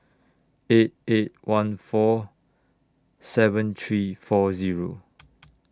eight eight one four seven three four Zero